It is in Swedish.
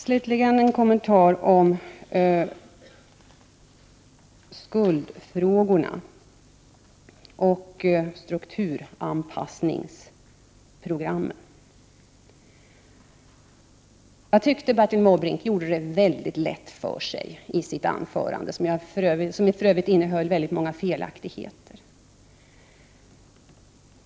Slutligen vill jag göra en kommentar till skuldfrågorna och strukturanpassningsprogrammen. Jag tycker att Bertil Måbrink gjorde det mycket lätt för sig i sitt anförande, som för övrigt innehöll väldigt många felaktigheter.